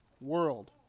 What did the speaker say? world